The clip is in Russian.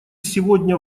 сегодня